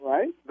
Right